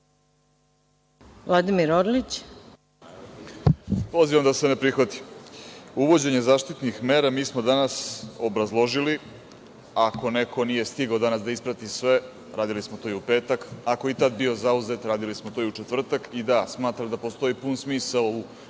**Vladimir Orlić** Pozivam da se ne prihvati. Uvođenjem zaštitnih mera mi smo danas obrazložili, a ako neko danas nije stigao da isprati sve, radili smo to i u petak, ako je i tad bio zauzet, radili smo to i u četvrtak. Da, smatram da postoji pun smisao u postojanju